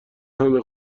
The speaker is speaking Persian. همه